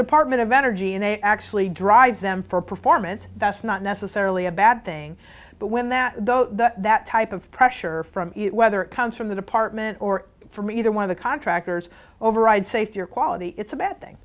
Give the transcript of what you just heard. department of energy and they actually drives them for performance that's not necessarily a bad thing but when that though that type of pressure from it whether it comes from the department or from either one of the contractors override safety or quality it's a bad thing